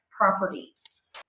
properties